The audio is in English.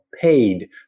paid